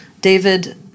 David